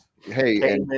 Hey